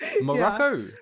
Morocco